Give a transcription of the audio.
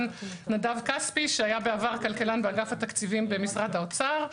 נדב כספי שהיה בעבר כלכלן באגף התקציבים במשרד האוצר.